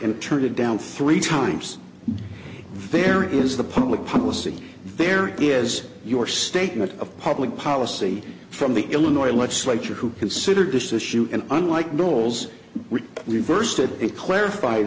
and turned it down three times there is the public policy there is your statement of public policy from the illinois legislature who considered this issue and unlike noles we reversed it it clarif